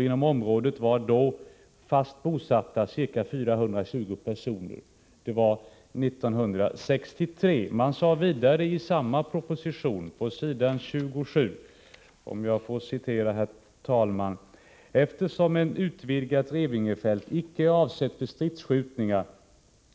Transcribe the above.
Inom området är fast bosatta ca 420 personer, —-—.” Det var alltså år 1963. Vidare säger man på s. 27 i samma proposition: ”Eftersom ett utvidgat Revingefält icke är avsett för stridsskjutningar,